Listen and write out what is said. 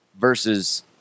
versus